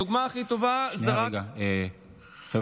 הדוגמה הכי טובה, שנייה, רגע, חבר'ה,